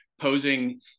posing